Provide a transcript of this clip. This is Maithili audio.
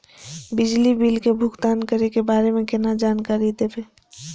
बिजली बिल के भुगतान करै के बारे में केना जानकारी देब?